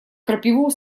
крапиву